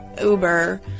uber